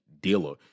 dealer